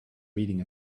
reading